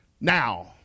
Now